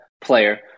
player